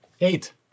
Eight